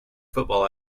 football